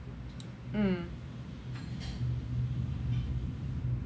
mm